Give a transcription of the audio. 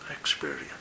experience